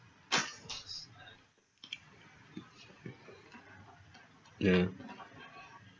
ya